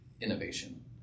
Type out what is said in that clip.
innovation